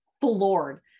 floored